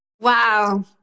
Wow